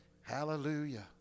Hallelujah